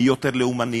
מי יותר לאומני,